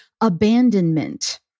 abandonment